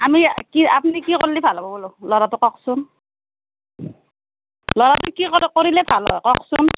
আমি কি আপুনি কি কৰিলে ভাল হ'ব ল'ৰাটো কওকচোন ল'ৰাটো কি কৰিলে ভাল হয় কওকচোন